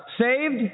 saved